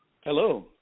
Hello